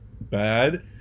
bad